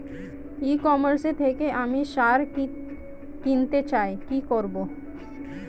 ই commerce থেকে আমি সার কিনতে চাই কি করব?